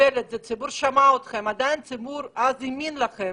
קיבל את זה, אז הוא עדיין האמין להם.